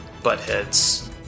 buttheads